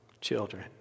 children